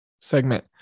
segment